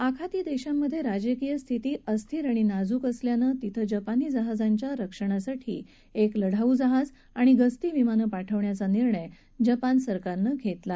आखाती देशांमधे राजकीय स्थिती अस्थिर आणि नाजूक असल्यानं तिथं जपानी जहाजांच्या रक्षणासाठी एक लढाऊ जहाज आणि गस्ती विमानं पाठवण्याचा निर्णय जपान सरकारनं घेतला आहे